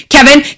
Kevin